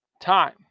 time